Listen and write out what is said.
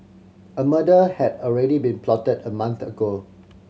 a murder had already been plotted a month ago